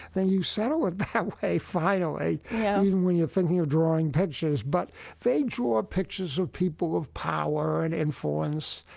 then you settle it that way finally, even when you're thinking of drawing pictures but they draw pictures of people of power and influence,